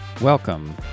Welcome